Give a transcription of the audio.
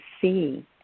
see